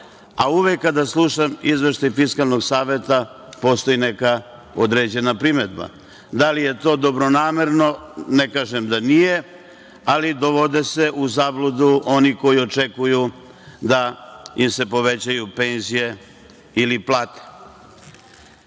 a uvek kada slušam izveštaj Fiskalnog saveta postoji neka određena primedba. Da li je to dobronamerno, ne kažem da nije, ali dovode se u zabludu oni koji očekuju da im se povećaju penzije ili plate. Šta